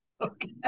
Okay